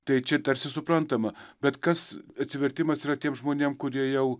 tai čia tarsi suprantama bet kas atsivertimas yra tiem žmonėm kurie jau